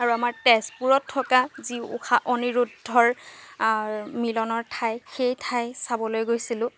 আৰু আমাৰ তেজপুৰত থকা যি উষা অনিৰুদ্ধৰ মিলনৰ ঠাই সেই ঠাই চাবলৈ গৈছিলো